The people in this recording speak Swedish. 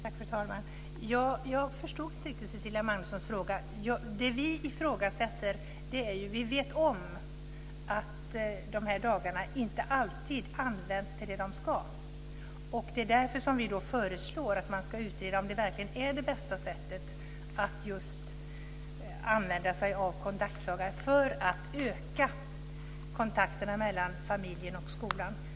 Fru talman! Jag förstod inte riktigt Cecilia Magnussons fråga. Vi vet om att dagarna inte alltid används till det de ska. Det är därför som vi föreslår att man ska utreda om det är det bästa sättet att använda sig av kontaktdagar för att öka kontakterna mellan familjen och skolan.